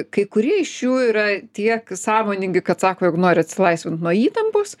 kai kurie iš jų yra tiek sąmoningi kad sako jog nori atsilaisvint nuo įtampos